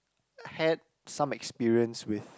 had some experience with